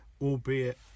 albeit